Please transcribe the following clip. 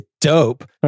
dope